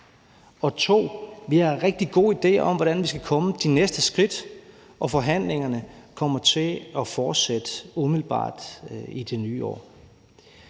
at vi har en rigtig god idé om, hvordan vi skal komme de næste skridt. Og forhandlingerne kommer til at fortsætte umiddelbart i det nye år.